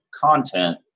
content